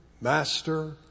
Master